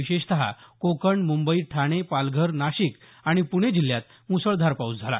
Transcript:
विशेषतः कोकण मुंबई ठाणे पालघर नाशिक आणि प्णे जिल्ह्यात मुसळधार पाऊस झाला